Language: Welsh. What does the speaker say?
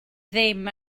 ddim